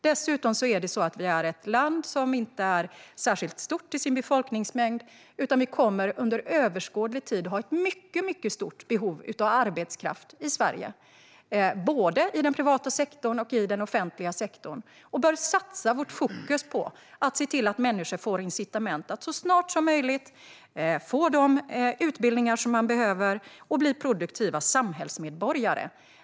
Dessutom är Sverige ett land som inte är särskilt stort till befolkningsmängd sett, så vi kommer under överskådlig tid att ha ett mycket stort behov av arbetskraft i Sverige i både den privata och den offentliga sektorn. Vi bör satsa och fokusera på att se till att människor får incitament att så snart som möjligt få de utbildningar som de behöver och bli produktiva samhällsmedborgare.